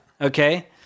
okay